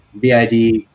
BID